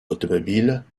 automobiles